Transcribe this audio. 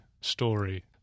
story